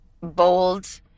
bold